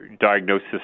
diagnosis